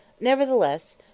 Nevertheless